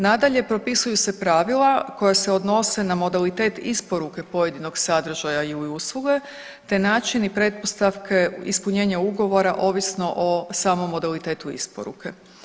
Nadalje, propisuju se pravila koja se odnose na modalitet isporuke pojedinog sadržaja i usluge te način i pretpostavke ispunjenja ugovora ovisno o samom modalitetu isporuke.